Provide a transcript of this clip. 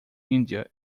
india